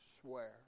swear